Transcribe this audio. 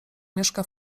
mieszka